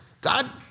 God